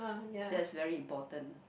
that's very important